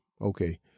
Okay